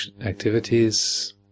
activities